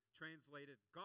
translated